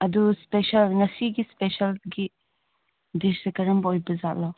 ꯑꯗꯨ ꯁ꯭ꯄꯦꯁꯦꯜ ꯉꯁꯤꯒꯤ ꯁ꯭ꯄꯦꯁꯦꯜꯒꯤ ꯗꯤꯁꯁꯦ ꯀꯔꯝꯕ ꯑꯣꯏꯕꯖꯥꯠꯂꯣ